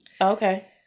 Okay